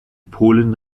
polen